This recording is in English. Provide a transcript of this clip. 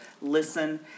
listen